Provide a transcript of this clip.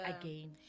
again